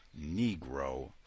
Negro